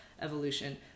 evolution